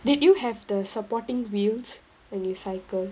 did you have the supporting wheels when you cycle